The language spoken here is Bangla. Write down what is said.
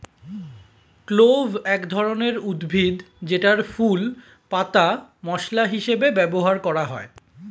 ক্লোভ এক ধরনের উদ্ভিদ যেটার ফুল, পাতা মসলা হিসেবে ব্যবহার করা হয়